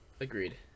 Agreed